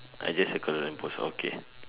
I just circle the lamp post okay